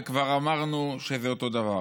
וכבר אמרנו שזה אותו דבר.